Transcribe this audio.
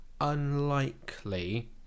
unlikely